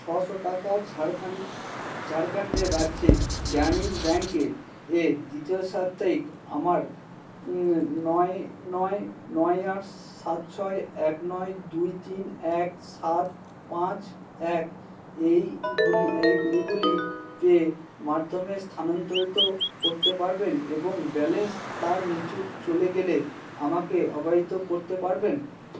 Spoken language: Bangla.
ছশো টাকা ঝাড়খণ্ড ঝাড়খণ্ডের রাজ্যে গ্রামীণ ব্যাঙ্কের এর দ্বিতীয় সাপ্তাহিক আমার নয় নয় নয় আট সাত ছয় এক নয় দুই তিন এক সাত পাঁচ এক এইগুলি এই এইগুলি পে মাধ্যমে স্থানান্তরিত করতে পারবেন এবং ব্যালেন্স তার নিচু চলে গেলে আমাকে অবহিত করতে পারবেন